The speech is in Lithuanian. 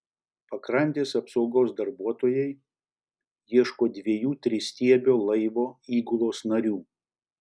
pakrantės apsaugos darbuotojai ieško dviejų tristiebio laivo įgulos narių